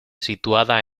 situada